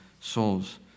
souls